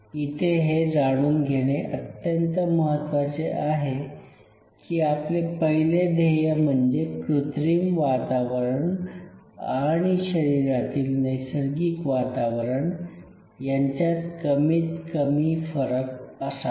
इथे हे जाणून घेणे अत्यंत महत्वाचे आहे की आपले पहिले ध्येय म्हणजे कृत्रिम वातावरण आणि शरीरातील नैसर्गिक वातावरण याच्यात कमीत कमी फरक असावा